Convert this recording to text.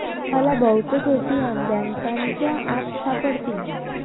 तुम्हाला बहुतेक ए.टी.एम बँकांच्या आत सापडतील